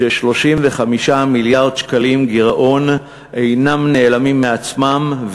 ש-35 מיליארד שקלים גירעון אינם נעלמים מעצמם,